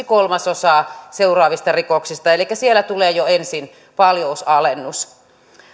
kolmasosaa seuraavista rikoksista elikkä siellä tulee jo ensin paljousalennus